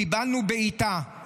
קיבלנו בעיטה,